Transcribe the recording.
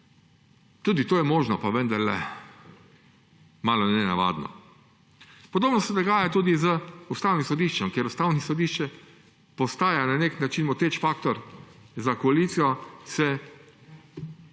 Tudi to je možno, pa vendarle malo nenavadno. Podobno se dogaja tudi z Ustavnim sodiščem, ker Ustavno sodišče postaja na nek način moteči faktor za koaliciji,